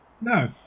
No